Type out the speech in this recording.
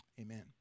amen